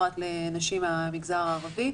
פרט לנשים מהמגזר הערבי.